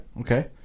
okay